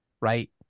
right